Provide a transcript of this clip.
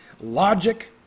logic